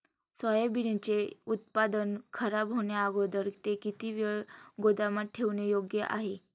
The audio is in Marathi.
सोयाबीनचे उत्पादन खराब होण्याअगोदर ते किती वेळ गोदामात ठेवणे योग्य आहे?